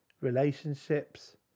relationships